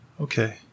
Okay